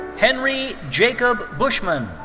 henry jacob buschmann.